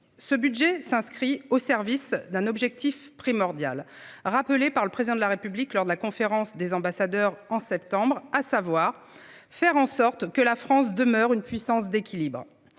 Ce budget est au service d'un objectif primordial, qu'a rappelé le Président de la République lors de la dernière conférence des ambassadeurs, en septembre : faire en sorte que la France demeure « une puissance d'équilibres